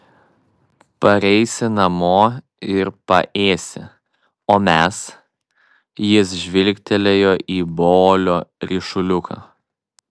pareisi namo ir paėsi o mes jis žvilgtelėjo į bolio ryšuliuką